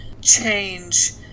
change